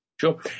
Sure